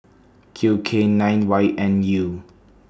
Q K nine Y N U